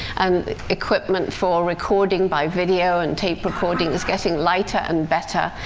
and equipment for recording by video, and tape recording is getting lighter and better.